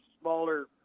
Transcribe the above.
smaller